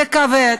זה כבד,